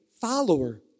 follower